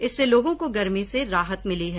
इससे लोगों को गर्मी से राहत मिली है